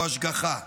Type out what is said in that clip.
הוא השגחה.